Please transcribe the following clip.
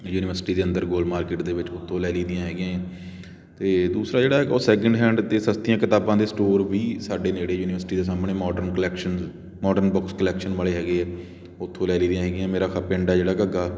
university ਦੇ ਅੰਦਰ Gol market ਦੇ ਵਿੱਚ ਉੱਥੋਂ ਲੈ ਲਈ ਦੀਆਂ ਹੈਗੀਆਂ ਅਤੇ ਦੂਸਰਾ ਜਿਹੜਾ ਹੈਗਾ ਉਹ ਸੈਕਿੰਡ ਹੈਂਡ ਅਤੇ ਸਸਤੀਆਂ ਕਿਤਾਬਾਂ ਦੇ ਸਟੋਰ ਵੀ ਸਾਡੇ ਨੇੜੇ ਯੂਨੀਵਰਸਿਟੀ ਦੇ ਸਾਹਮਣੇ modern collection modern book collection ਵਾਲੇ ਹੈਗੇ ਆ ਉਥੋਂ ਲੈ ਲਈ ਦੀਆਂ ਹੈਗੀਆਂ ਮੇਰਾ ਪਿੰਡ ਆ ਜਿਹੜਾ ਘੱਗਾ